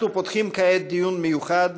אנחנו פותחים כעת דיון מיוחד,